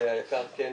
שהיק"ר כן